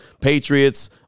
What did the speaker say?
Patriots